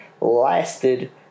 lasted